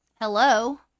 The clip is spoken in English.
Hello